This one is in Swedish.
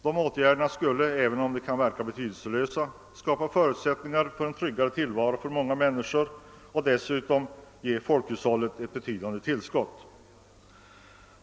Dessa åtgärder skulle, även om de kan verka betydelselösa, skapa förutsättningar för en tryggare tillvaro för många människor och dessutom ge folkhushållet ett betydande tillskott.